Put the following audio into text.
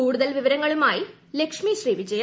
കൂടുതൽ വിവരങ്ങളുമായി ലക്ഷ്മി ശ്രീ വിജയ